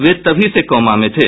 वे तभी से कोमा में थे